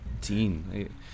teen